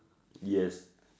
yes